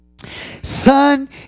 Son